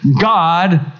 God